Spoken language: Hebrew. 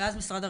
מריה.